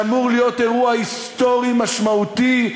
שאמור להיות אירוע היסטורי משמעותי,